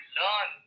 learn